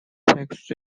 takes